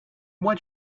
why